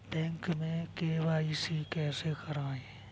Bank में KYC कैसे करायें?